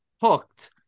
hooked